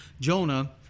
Jonah